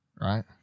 right